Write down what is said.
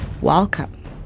Welcome